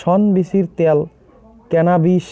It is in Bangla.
শন বীচির ত্যাল ক্যানাবিস